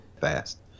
fast